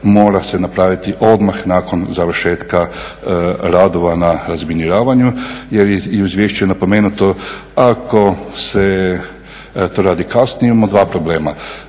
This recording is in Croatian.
mora se napraviti odmah nakon završetka radova na razminiravanju jer je u izvješću napomenuto ako se to radi kasnije imamo dva problema.